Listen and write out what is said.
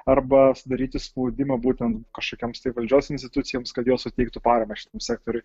arba daryti spaudimą būtent kažkokioms tai valdžios institucijoms kad jos suteiktų paramą šitam sektoriui